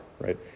right